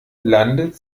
landet